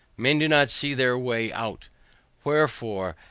men do not see their way out wherefore,